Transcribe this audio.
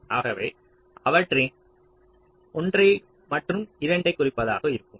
ஆகவே அவற்றில் ஒன்றையோ அல்லது இரண்டையும் குறைப்பதற்கும் நாம் முயலலாம்